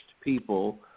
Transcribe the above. people